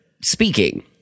speaking